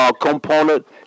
component